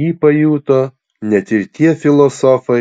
jį pajuto net tie filosofai